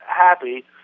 happy